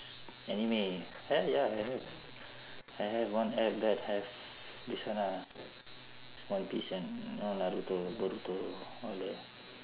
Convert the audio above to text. anime hell ya I have I have one app that have this one ah one piece and know naruto boruto all that